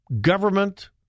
government